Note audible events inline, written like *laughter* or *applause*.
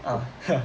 ah *laughs*